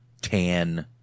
tan